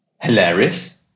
hilarious